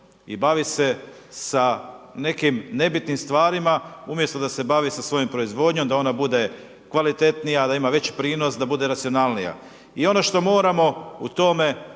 i bavi se sa nekim nebitnim stvarima umjesto da se bavi sa svojom proizvodnjom, da ona bude kvalitetnija, da ima veći prinos, da bude racionalnija. I ono što moramo u tome